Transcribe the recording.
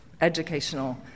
educational